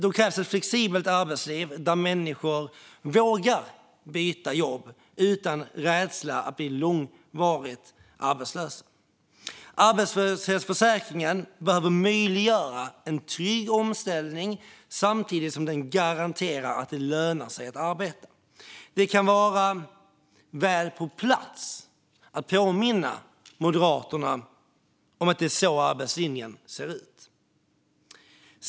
Då krävs ett flexibelt arbetsliv där människor vågar byta jobb utan rädsla för att bli långvarigt arbetslösa. Arbetslöshetsförsäkringen behöver möjliggöra en trygg omställning samtidigt som den garanterar att det lönar sig att arbeta. Det kan vara på sin plats att påminna Moderaterna om att det är så arbetslinjen ser ut.